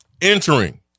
Entering